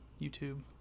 YouTube